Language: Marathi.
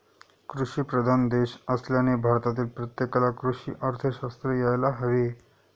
कृषीप्रधान देश असल्याने भारतातील प्रत्येकाला कृषी अर्थशास्त्र यायला हवे